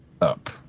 up